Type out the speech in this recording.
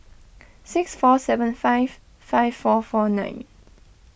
six four seven five five four four nine